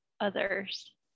others